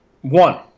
one